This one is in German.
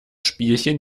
spielchen